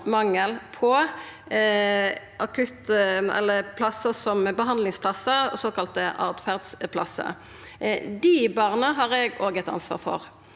mangel på behandlingsplassar som er såkalla åtferdsplassar. Dei barna har eg òg eit ansvar for.